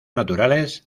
naturales